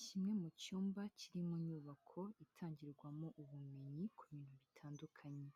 Kimwe mu cyumba kirimo nyubako itangirwamo ubumenyi ku bintu bitandukanye,